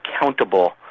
accountable